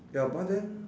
ya but then